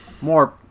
More